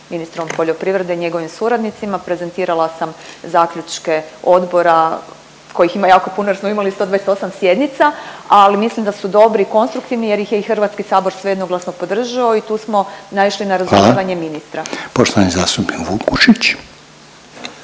ministrom poljoprivrede i njegovim suradnicima, prezentirala sam zaključke odbora kojih ima jako puno jer smo imali 128 sjednica, al mislim da su dobri i konstruktivni jer ih je i HS sve jednoglasno podržao i tu smo naišli na… …/Upadica Reiner: Hvala./… …razumijevanje